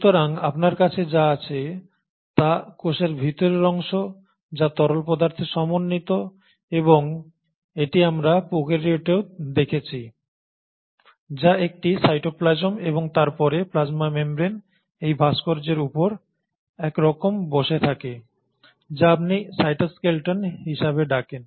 সুতরাং আপনার কাছে যা আছে তা কোষের ভিতরের অংশ যা তরল পদার্থে সমন্বিত এবং এটি আমরা প্রোক্যারিওটেও দেখেছি যা একটি সাইটোপ্লাজম এবং তারপরে প্লাজমা মেমব্রেন এই ভাস্কর্যের উপর এক রকম বসে থাকে যা আপনি সাইটোস্কেলটন হিসাবে ডাকেন